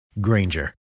Granger